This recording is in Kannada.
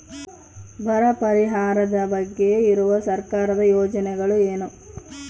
ಬರ ಪರಿಹಾರದ ಬಗ್ಗೆ ಇರುವ ಸರ್ಕಾರದ ಯೋಜನೆಗಳು ಏನು?